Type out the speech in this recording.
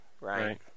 Right